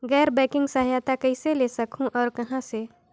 गैर बैंकिंग सहायता कइसे ले सकहुं और कहाँ से?